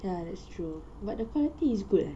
ya that's true but the quality is good eh